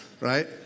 right